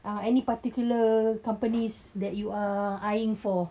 uh any particular companies that you are eyeing for